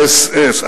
האס.אס.